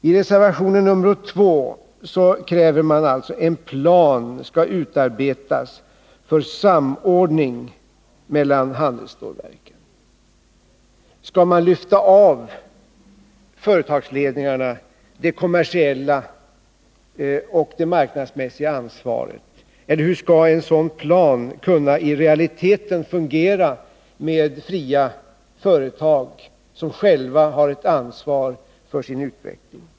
I reservationen 2 kräver man att en plan skall utarbetas för samordning mellan handelsstålverken. Skall man lyfta av företagsledningarna det kommersiella och marknadsmässiga ansvaret, eller hur skall en sådan plan i realiteten kunna fungera med fria företag, som själva har ett ansvar för sin utveckling?